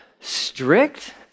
strict